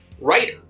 writer